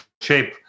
shape